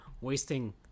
wasting